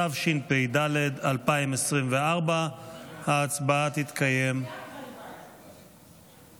התשפ"ד 2024. ההצבעה תתקיים כעת.